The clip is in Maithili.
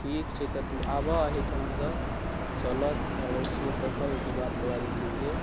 ठीक छै तऽ तू आबऽ एहिठुमासँ चलऽ अबैत छिऔ ओतऽसँ ओहिके बाद जे छै से तोरा जे छै से